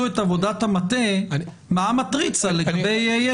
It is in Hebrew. את עבודת המטה מה המטריצה לגבי יתר המדינות.